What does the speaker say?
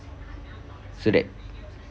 so that